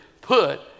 put